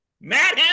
Matt